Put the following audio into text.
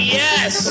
yes